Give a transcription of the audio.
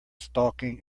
stalking